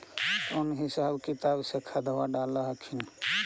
कौन हिसाब किताब से खदबा डाल हखिन?